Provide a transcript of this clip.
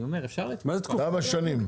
כמה שנים?